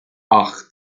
acht